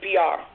CPR